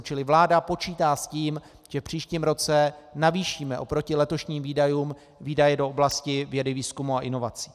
Čili vláda počítá s tím, že v příštím roce navýšíme oproti letošním výdajům výdaje do oblasti vědy, výzkumu a inovací.